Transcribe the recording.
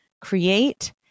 create